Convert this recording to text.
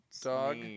dog